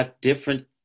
different